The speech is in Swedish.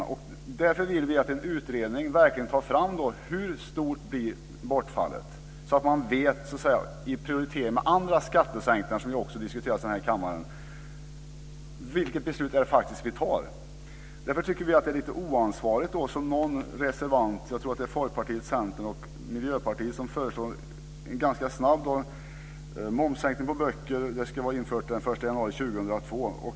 Vi vill därför att en utredning verkligen ska komma fram till hur stort skattebortfallet blir, så att man vid avvägningen mot andra skattesänkningar som också diskuteras här i kammaren kan veta vilket beslut man faktiskt tar. Därför tycker vi att det är lite oansvarigt att, som några reservanter från Folkpartiet, Kristdemokraterna och Miljöpartiet gör, föreslå en ganska snabb sänkning av momsen på böcker. Den ska genomföras den 1 januari 2002.